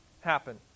happen